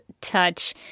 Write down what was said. touch